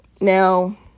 Now